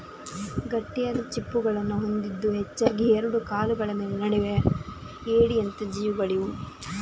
ಗಟ್ಟಿಯಾದ ಚಿಪ್ಪುಗಳನ್ನ ಹೊಂದಿದ್ದು ಹೆಚ್ಚಾಗಿ ಎರಡು ಕಾಲುಗಳ ಮೇಲೆ ನಡೆಯುವ ಏಡಿಯಂತ ಜೀವಿಗಳಿವು